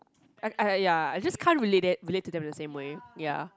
I I ya I just can't relate that relate to then in the same way ya